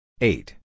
Eight